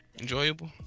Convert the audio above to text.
enjoyable